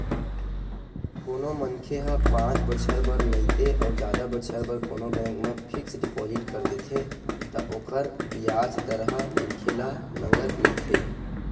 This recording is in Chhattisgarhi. कोनो मनखे ह पाँच बछर बर नइते अउ जादा बछर बर कोनो बेंक म फिक्स डिपोजिट कर देथे त ओकर बियाज दर ह मनखे ल नँगत मिलथे